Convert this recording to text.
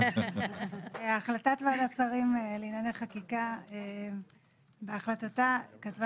החלטת ועדת שרים לענייני חקיקה בהחלטתה כתבה